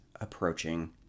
approaching